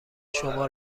شما